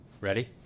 Ready